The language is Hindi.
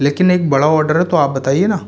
लेकिन एक बड़ा ऑर्डर है तो आप बताइये न